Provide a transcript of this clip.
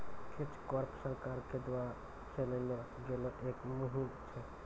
catch crop सरकार के द्वारा चलैलो गेलो एक मुहिम छै